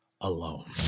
alone